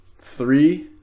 Three